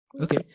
Okay